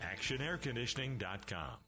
Actionairconditioning.com